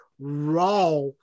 raw